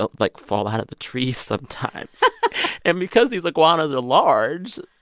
but like, fall out of the trees sometimes and because these iguanas are large,